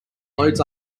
loads